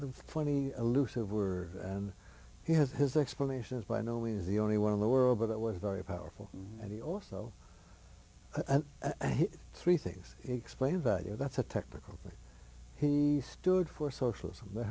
the twenty elusive were and he had his explanations by no means the only one in the world but it was very powerful and he also at three things explained that you know that's a technical thing he stood for socialism th